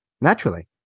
naturally